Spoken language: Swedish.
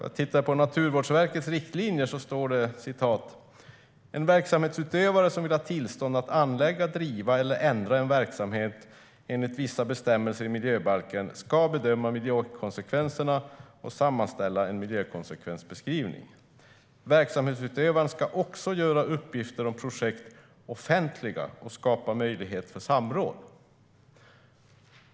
Jag tittade på Naturvårdsverkets riktlinjer, och där står det: "En verksamhetsutövare som vill ha tillstånd att anlägga, driva eller ändra en verksamhet enligt vissa bestämmelser i miljöbalken ska bedöma miljökonsekvenserna och sammanställa en miljökonsekvensbeskrivning. Verksamhetsutövaren ska också göra uppgifter om projekt offentliga och skapa möjlighet för samråd."